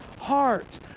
heart